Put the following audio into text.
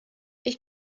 ich